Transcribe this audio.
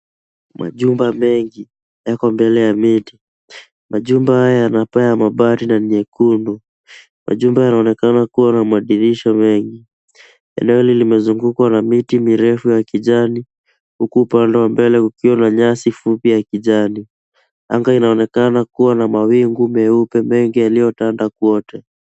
Majumba mengi yako mbele ya miti. Majumba haya yana paa ya mabati na ni nyekundu. Majumba yanaonekana kuwa na madirisha mengi. Eneo hili limezungukwa miti mirefu ya kijani, huku upande wa mbele ukiwa na nyasi fupi ya kijani. Anga inaonekana kuwa na mawingu mengi mengi yaliyotanda kwote.